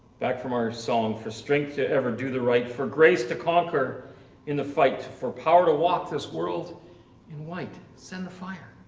back from our song for strength to ever do the right for grace to conquer in the fight, for power to walk this world in white send the fire.